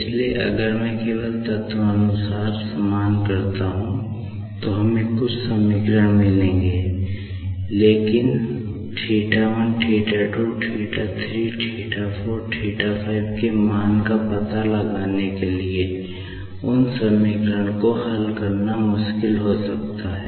इसलिए अगर मैं केवल तत्व अनुसार समान करता हूं तो हमें कुछ समीकरण मिलेंगे लेकिन के θ1 θ 2 θ 3 θ 4 θ5 मान का पता लगाने के लिए उन समीकरणों को हल करना मुश्किल हो सकता है